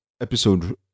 episode